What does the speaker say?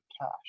cash